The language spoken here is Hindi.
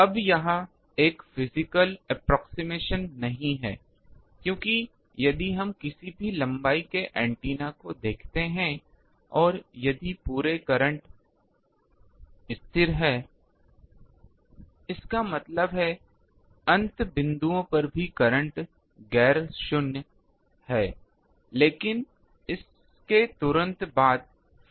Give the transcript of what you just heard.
अब यह एक फिजिकल अप्प्रोक्सिमेशन नहीं है क्योंकि यदि हम किसी भी लम्बाई के एंटेना को देखते हैं और यदि पूरे करंट स्थिर है इसका मतलब है अंत बिंदुओं पर भी करंट गैर शून्य है लेकिन इसके तुरंत बाद फ्री स्पेस है